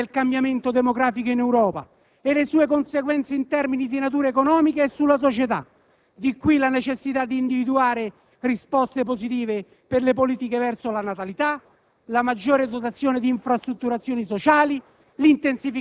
Non può essere dimenticato il grave problema del cambiamento demografico in Europa e le sue conseguenze in termini di natura economica e sulla società. Di qui la necessità di individuare risposte positive per le politiche verso la natalità,